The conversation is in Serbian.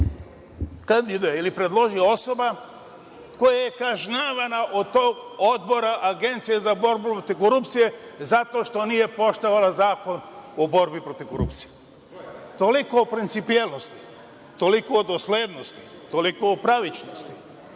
kandiduje ili predloži osoba koja je kažnjavana od tog Odbora Agencije za borbu protiv korupcije zato što nije poštovala Zakon o borbi protiv korupcije. Toliko o principijelnosti, toliko o doslednosti, toliko o pravičnosti. Kada